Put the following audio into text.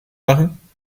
machen